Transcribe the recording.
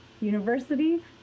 university